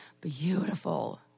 beautiful